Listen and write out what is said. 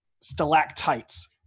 stalactites